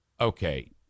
okay